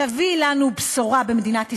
הבא לנו בשורה במדינת ישראל.